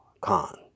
Khan